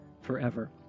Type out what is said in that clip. forever